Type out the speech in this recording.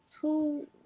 two